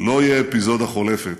לא יהיה אפיזודה חולפת.